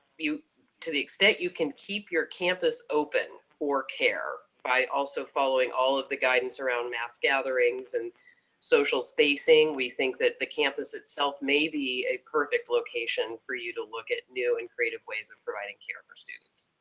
to the extent you can keep your campus open for care by also following all of the guidance around mass gatherings and social spacing. we think that the campus itself may be a perfect location for you to look at new and creative ways of providing care for students.